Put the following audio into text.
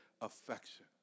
affection